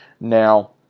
Now